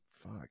fuck